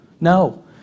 No